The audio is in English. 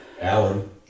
Alan